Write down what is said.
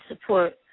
support